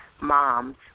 moms